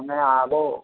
તમને આ લો